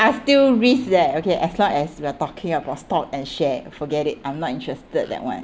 are still risks leh okay as long as we're talking about stock and share forget it I'm not interested that one